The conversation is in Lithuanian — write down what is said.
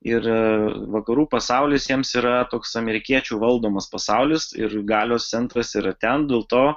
ir vakarų pasaulis jiems yra toks amerikiečių valdomas pasaulis ir galios centras yra ten dėl to